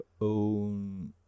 own